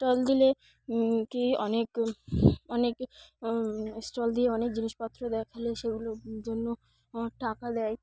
stall দিলে কি অনেক অনেক স্টল দিয়ে অনেক জিনিসপত্র দেখালে সেগুলোর জন্য টাকা দেয়